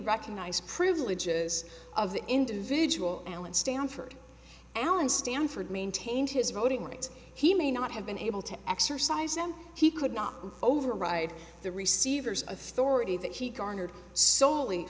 recognized privileges of the individual allen stanford allen stanford maintained his voting rights he may not have been able to exercise them he could not override the receiver's authority that he garnered solely